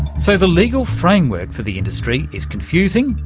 so the legal framework for the industry is confusing,